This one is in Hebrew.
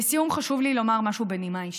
לסיום, חשוב לי לומר משהו בנימה אישית.